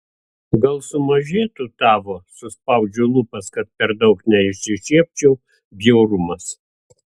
gal sumažėtų tavo suspaudžiu lūpas kad per daug neišsišiepčiau bjaurumas